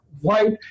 white